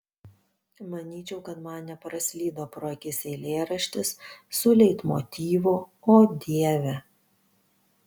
manyčiau kad man nepraslydo pro akis eilėraštis su leitmotyvu o dieve